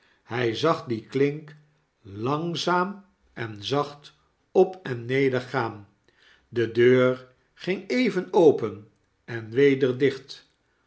hij zag die klink angzaam en zacht op en neder gaan dedeur ging even open en weder dicht